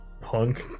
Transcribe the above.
punk